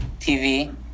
TV